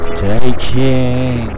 taking